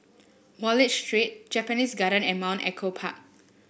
Wallich Street Japanese Garden and Mount Echo Park